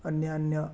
अन्यान्य